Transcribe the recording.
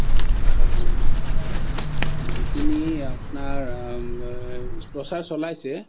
যিখিনি আপোনাৰ প্ৰচাৰ চলাইছে